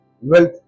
wealth